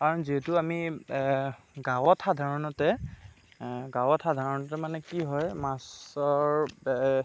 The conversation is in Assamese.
কাৰণ যিহেতু আমি গাঁৱত সাধাৰণতে গাঁৱত সাধাৰণতে মানে কি হয় মাছৰ